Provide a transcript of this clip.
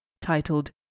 titled